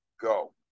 go